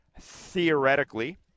Theoretically